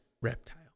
reptile